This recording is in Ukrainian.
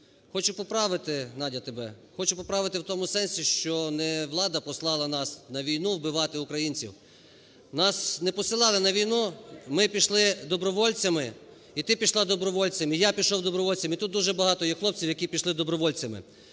Хочу поправити, Надя, тебе, хочу поправити в тому сенсі, що не влада послала нас на війну вбивати українців, нас не посилали на війну, ми пішли добровольцями, і ти пішла добровольцем, і я пішов добровольцем, і тут дуже багато є хлопців, які пішли добровольцями.